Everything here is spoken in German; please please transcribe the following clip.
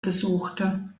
besuchte